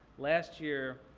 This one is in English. last year,